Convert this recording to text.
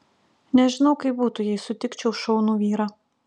nežinau kaip būtų jei sutikčiau šaunų vyrą